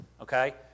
okay